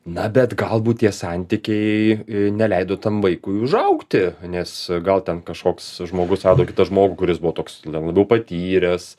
na bet galbūt tie santykiai neleido tam vaikui užaugti nes gal ten kažkoks žmogus rado kitą žmogų kuris buvo toks na labiau patyręs